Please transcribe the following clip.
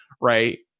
right